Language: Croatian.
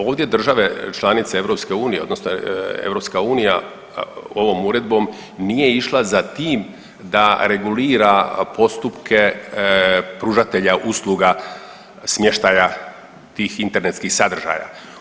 Ovdje države članice EU odnosno EU ovom uredbom nije išla za tim da regulira postupke pružatelja usluga smještaja tih internetskih sadržaja.